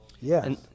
Yes